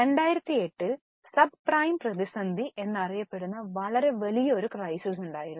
2008 ൽ സബ്പ്രൈം പ്രതിസന്ധി എന്നറിയപ്പെടുന്ന വളരെ വലിയ പ്രതിസന്ധിയുണ്ടായിരുന്നു